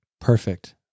Perfect